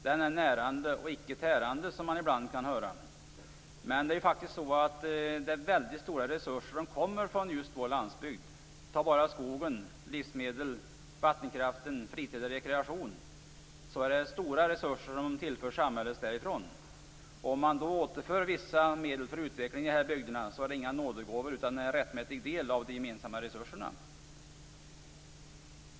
Den är närande och inte tärande, som man ibland kan höra. Men det är ju faktisk så att väldigt stora resurser kommer just från vår landsbygd. Ta bara skogen, livsmedel, vattenkraften, fritid och rekreation. Det är stora resurser som tillförs samhället därifrån. Om man då återför vissa medel för utveckling i dessa bygder så är det inga nådegåvor utan en rättmätig del av de gemensamma resurserna.